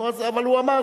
נו, אבל הוא אמר.